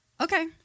Okay